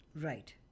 Right